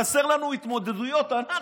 חסרות לנו התמודדויות, אנחנו?